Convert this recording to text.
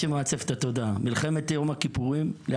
מלחמת יום הכיפורים הייתה,